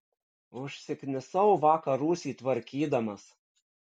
užsiknisau vakar rūsį tvarkydamas